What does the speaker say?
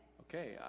Okay